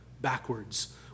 backwards